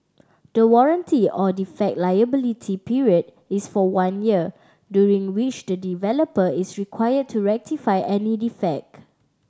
the warranty or defect liability period is for one year during which the developer is require to rectify any defect